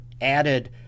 added